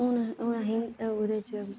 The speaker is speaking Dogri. हून हून अहीं ओह्दे च